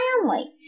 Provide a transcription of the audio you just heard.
family